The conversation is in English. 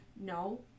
no